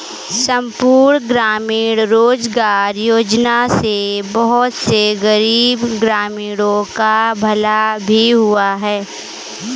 संपूर्ण ग्रामीण रोजगार योजना से बहुत से गरीब ग्रामीणों का भला भी हुआ है